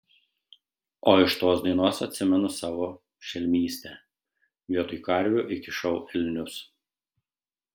o iš tos dainos atsimenu savo šelmystę vietoj karvių įkišau elnius